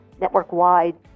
network-wide